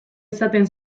izaten